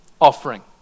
offering